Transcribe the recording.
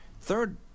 Third